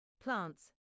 Plants